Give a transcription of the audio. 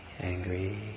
angry